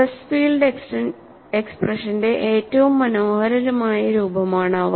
stress field എക്സ്പ്രഷന്റെ ഏറ്റവും മനോഹരമായ രൂപമാണ് അവ